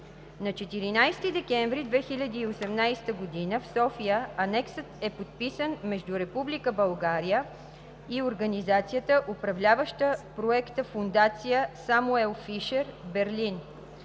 На 14 декември 2018 г. в София Анексът е подписан между Република България и организацията, управляваща Проекта – Фондация „Самуел Фишер“, Берлин.